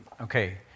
Okay